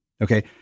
Okay